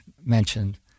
mentioned